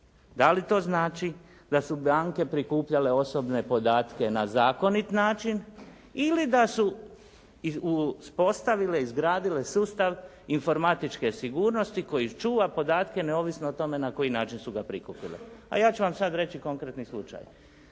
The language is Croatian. Da li to znači da su banke prikupljale osobne podatke na zakonit način ili da su uspostavile izgradile sustav informatičke sigurnosti koji čuva podatke neovisno o tome na koji način su ga prikupile, a ja ću vam sad reći konkretni slučaj.